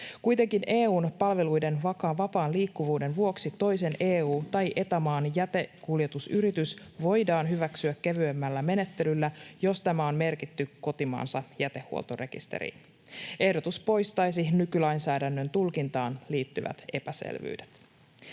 Kuitenkin EU:n palveluiden vapaan liikkuvuuden vuoksi toisen EU- tai Eta-maan jätekuljetusyritys voidaan hyväksyä kevyemmällä menettelyllä, jos tämä on merkitty kotimaansa jätehuoltorekisteriin. Ehdotus poistaisi nykylainsäädännön tulkintaan liittyvät epäselvyydet.